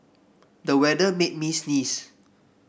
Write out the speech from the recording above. the weather made me sneeze